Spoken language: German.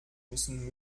müssen